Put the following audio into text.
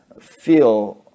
feel